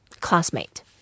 classmate